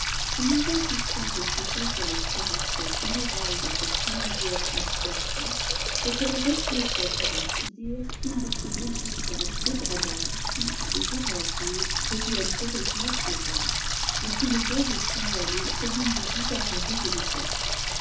si nous insistons quelque peu sur le caractère général de cette singulière habitation c'est qu'elle reflétait pour ainsi dire une de ces existences dégradantes qui de jour en jour deviennent heureusement plus rares mais qu'il est bon de signaler comme une des bizarreries de l'époque